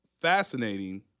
fascinating